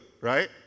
right